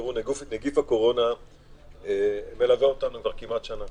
נגיף הקורונה מלווה אותנו כבר כמעט שנה